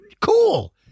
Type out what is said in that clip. Cool